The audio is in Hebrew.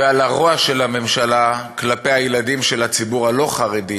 ועל הרוע של הממשלה כלפי הילדים של הציבור הלא-חרדי,